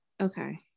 okay